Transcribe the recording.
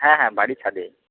হ্যাঁ হ্যাঁ বাড়ির ছাদে